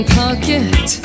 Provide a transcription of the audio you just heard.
pocket